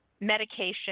Medication